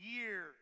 years